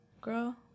girl